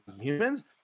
humans